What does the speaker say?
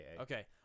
Okay